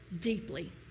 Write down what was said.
deeply